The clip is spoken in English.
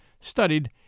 studied